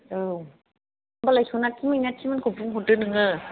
औ होनबालाय सनाथि मैनाथिमोनखौ बुंहरदो नोङो